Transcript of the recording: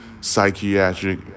psychiatric